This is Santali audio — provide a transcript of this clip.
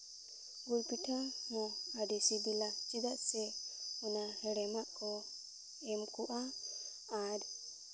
ᱜᱩᱲ ᱯᱤᱴᱷᱟᱹ ᱦᱚᱸ ᱟᱹᱰᱤ ᱥᱤᱵᱤᱞᱟ ᱪᱮᱫᱟᱜ ᱥᱮ ᱚᱱᱟ ᱦᱮᱲᱮᱢᱟᱜ ᱠᱚ ᱮᱢ ᱠᱚᱜᱼᱟ ᱟᱨ